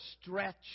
stretch